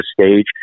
stage